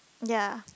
ya